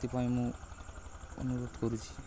ସେଥିପାଇଁ ମୁଁ ଅନୁରୋଧ କରୁଛି